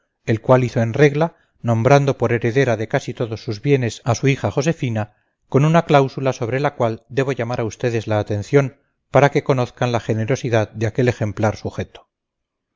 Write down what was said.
el cual hizo en regla nombrando por heredera de casi todos sus bienes a su hija josefina con una cláusula sobre la cual debo llamar a ustedes la atención para que conozcan la generosidad de aquel ejemplar sujeto